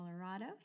Colorado